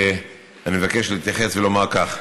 ואני מבקש להתייחס ולומר כך: